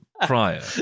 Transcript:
prior